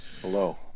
hello